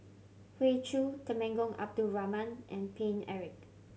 Hoey Choo Temenggong Abdul Rahman and Paine Eric